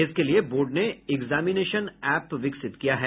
इसके लिए बोर्ड ने एग्जामिनेशन एप विकसित किया है